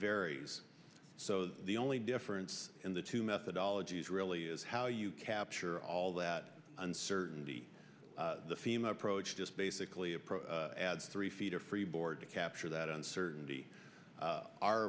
varies so the only difference in the two methodology is really is how you capture all that uncertainty the fim approach just basically approach adds three feet of freeboard to capture that uncertainty